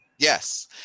Yes